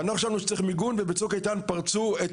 ואנחנו חשבנו שצריך מיגון בצוק איתן פרצו את